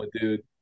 dude